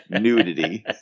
Nudity